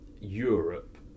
Europe